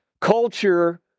culture